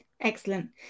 Excellent